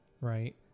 right